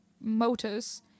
motors